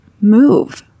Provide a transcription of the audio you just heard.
move